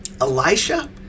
Elisha